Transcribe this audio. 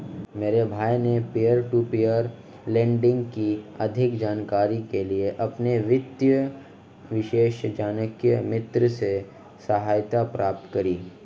मेरे भाई ने पियर टू पियर लेंडिंग की अधिक जानकारी के लिए अपने वित्तीय विशेषज्ञ मित्र से सहायता प्राप्त करी